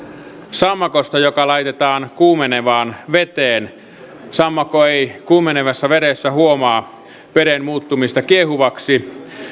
sammakosta joka laitetaan kuumenevaan veteen sammakko ei kuumenevassa vedessä huomaa veden muuttumista kiehuvaksi